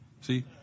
See